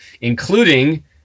including